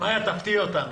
מיה, תפתיעי אותנו.